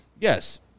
yes